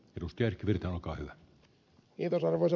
peruskiertäviltä olkaa hyvä ja jos ed